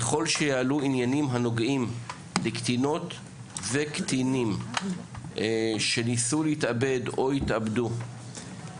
ככל שיעלו עניינים הנוגעים לקטינות וקטינים שניסו להתאבד או התאבדו,